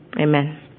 Amen